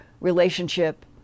relationship